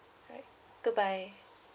alright goodbye